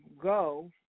go